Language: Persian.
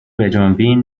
بجنبین